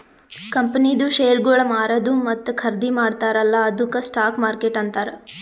ಕಂಪನಿದು ಶೇರ್ಗೊಳ್ ಮಾರದು ಮತ್ತ ಖರ್ದಿ ಮಾಡ್ತಾರ ಅಲ್ಲಾ ಅದ್ದುಕ್ ಸ್ಟಾಕ್ ಮಾರ್ಕೆಟ್ ಅಂತಾರ್